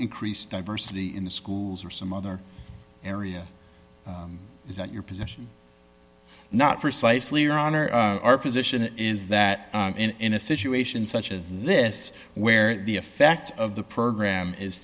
increase diversity in the schools or some other area is that your position not precisely your honor our position is that in a situation such as this where the effect of the program is